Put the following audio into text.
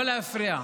לא להפריע.